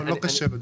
דווקא לא קשה.